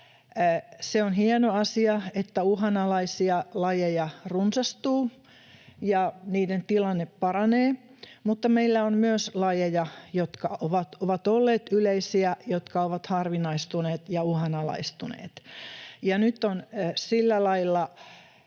Se on hieno asia, että uhanalaisia lajeja runsastuu ja niiden tilanne paranee, mutta meillä on myös lajeja, jotka ovat olleet yleisiä ja jotka ovat harvinaistuneet ja uhanalaistuneet. Nyt on sillä lailla